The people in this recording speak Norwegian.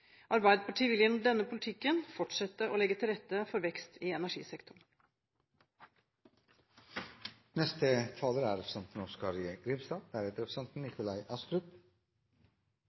Arbeiderpartiet vil gjennom denne politikken fortsette å legge til rette for vekst i energisektoren. I budsjettdebatten er